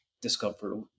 discomfort